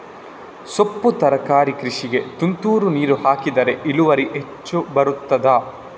ಸೊಪ್ಪು ತರಕಾರಿ ಕೃಷಿಗೆ ತುಂತುರು ನೀರು ಹಾಕಿದ್ರೆ ಇಳುವರಿ ಹೆಚ್ಚು ಬರ್ತದ?